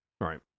Right